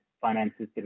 finances